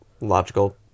logical